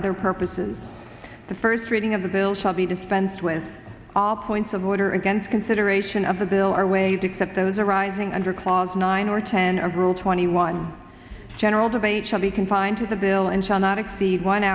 other purposes the first reading of the bill shall be dispensed with all points of order against consideration of the bill are waived except those arising under clause nine or ten of rule twenty one general debate shall be confined to the bill and shall not exceed one